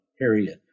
period